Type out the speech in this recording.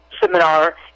seminar